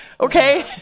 Okay